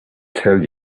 tell